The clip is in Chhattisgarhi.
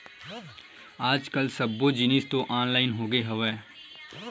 आज कल सब्बो जिनिस तो ऑनलाइन होगे हवय